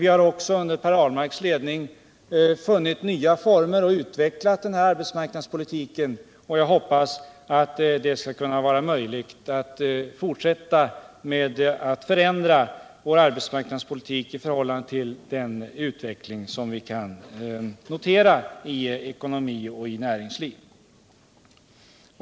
Vi har också under Per Ahlmarks ledning funnit nya former för arbetsmarknadspolitiken och utvecklat den. Jag hoppas att det skall kunna vara möjligt att även i fortsättningen lyckas förändra vår arbetsmarknadspolitik i förhållande till den utveckling som sker i ekonomi och näringsliv.